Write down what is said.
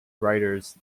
writers